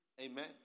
Amen